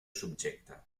subjecte